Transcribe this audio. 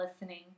listening